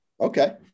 Okay